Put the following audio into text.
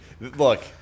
Look